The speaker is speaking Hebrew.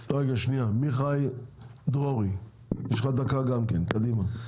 עמיחי דרורי יש לך דקה גם כן, קדימה.